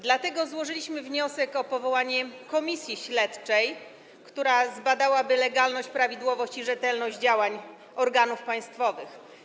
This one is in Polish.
Dlatego złożyliśmy wniosek o powołanie komisji śledczej, która zbadałaby legalność, prawidłowość i rzetelność działań organów państwowych.